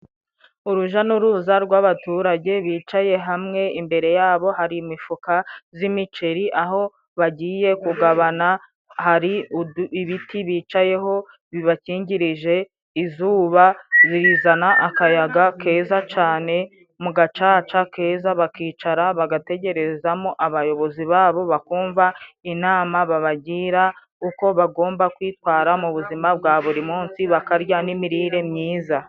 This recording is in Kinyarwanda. Uruja n'uruza rw'abaturage bicaye hamwe imbere yabo hari imifuka z'imiceri, aho bagiye kugabana hari ibiti bicayeho bibakingirije izuba, bizana akayaga keza cane mu gacaca keza bakicara, bagategererezamo abayobozi babo, bakumva inama babagira uko bagomba kwitwara mu buzima bwa buri munsi, bakarya n'imirire myiza.